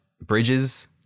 bridges